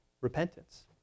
repentance